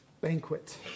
banquet